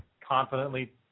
confidently